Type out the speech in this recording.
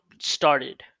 started